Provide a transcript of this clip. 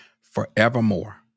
forevermore